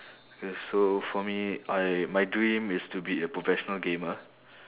K so for me I my dream is to be a professional gamer